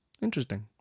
Interesting